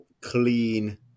clean